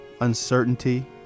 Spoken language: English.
uncertainty